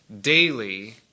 daily